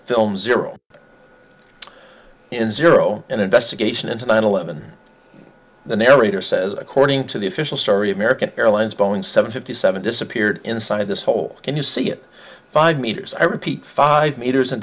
film zero in zero an investigation into nine eleven the narrator says according to the official story american airlines boeing seven fifty seven disappeared inside this hole can you see it five meters i